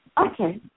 Okay